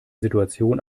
situation